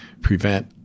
prevent